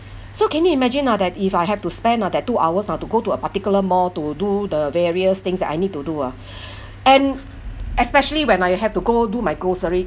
so can you imagine ah that if I have to spend ah that two hours ah to go to a particular mall to do the various things that I need to do ah and especially when I have to go do my grocery